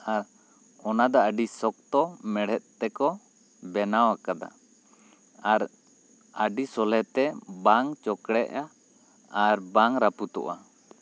ᱚᱱᱟ ᱫᱚ ᱟᱹᱰᱤ ᱥᱚᱠᱚᱛᱚ ᱢᱮᱬᱦᱮᱫ ᱛᱮᱠᱚ ᱵᱮᱱᱟᱣ ᱟᱠᱟᱫᱟ ᱟᱨ ᱟᱹᱰᱤ ᱥᱚᱞᱦᱮᱛᱮ ᱵᱟᱝ ᱪᱚᱠᱲᱮᱜᱼᱟ ᱟᱨ ᱵᱟᱝ ᱨᱟᱹᱯᱩᱫᱚᱜᱼᱟ